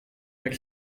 jak